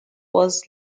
was